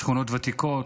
שכונות ותיקות,